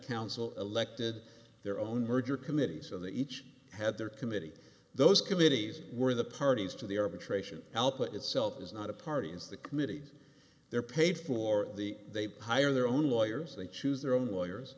council elected their own merger committee so that each had their committee those committees were the parties to the arbitration help itself is not a party it's the committee they're paid for the they pyar their own lawyers they choose their own lawyers